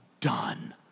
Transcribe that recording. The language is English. done